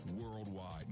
worldwide